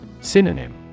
Synonym